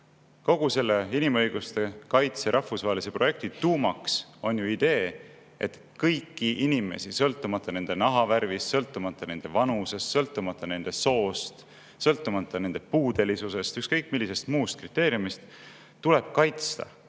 Kogu selle inimõiguste kaitse rahvusvahelise projekti tuumaks on ju idee, et kõiki inimesi, sõltumata nende nahavärvist, sõltumata nende vanusest, sõltumata nende soost, sõltumata nende puudelisusest, ükskõik millisest muust kriteeriumist, tuleb kaitsta